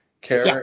care